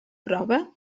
prova